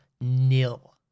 nil